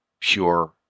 pure